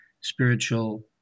spiritual